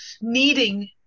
needing